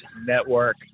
Network